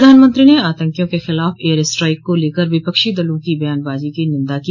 प्रधानमंत्री ने आतंकियों के खिलाफ एयर स्ट्राइक को लेकर विपक्षी दलों की बयानबाजी की निन्दा की